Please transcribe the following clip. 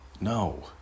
No